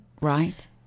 Right